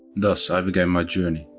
thus i began my journey,